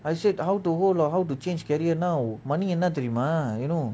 I said how to hold or how to change carrier now மணி என்ன தெரியுமா:mani enna teriyuma you know